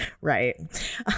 right